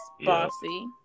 Bossy